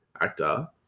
actor